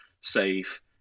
safe